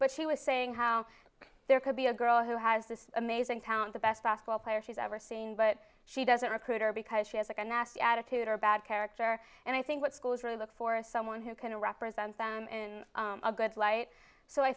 but she was saying how there could be a girl who has this amazing talent the best basketball player she's ever seen but she doesn't recruiter because she has like a nasty attitude or bad character and i think what schools really look for is someone who can represent them in a good light so i